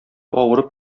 авырып